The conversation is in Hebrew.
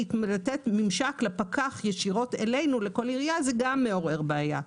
לתת לפקח ממשק ישירות אלינו לכל עירייה זה גם מעורר בעיה.